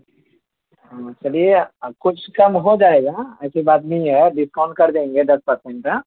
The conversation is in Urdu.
ہاں چلیے کچھ کم ہو جائے گا ایسی بات نہیں ہے ڈسکاؤنٹ کر دیں گے دس پرسین کا